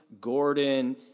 Gordon